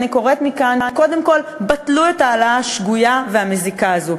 אני קוראת מכאן: קודם כול בטלו את ההעלאה השגויה והמזיקה הזו,